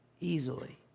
easily